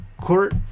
court